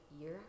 year